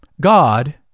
God